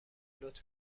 لطف